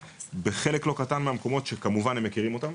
ובחלק לא קטן מהמקומות שכמובן הם מכירים אותם,